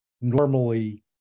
normally